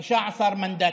15 מנדטים.